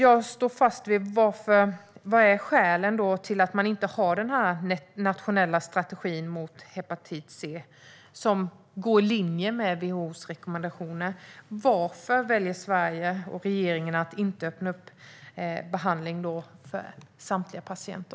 Jag står fast vid mina frågor: Vilka är skälen till att man inte har en sådan här nationell strategi mot hepatit C som går i linje med WHO:s rekommendationer? Och varför väljer Sverige och regeringen att inte öppna upp för behandling av samtliga patienter?